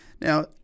Now